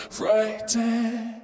frightened